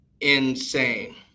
insane